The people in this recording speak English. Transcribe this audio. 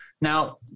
Now